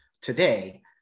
today